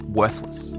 worthless